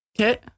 Okay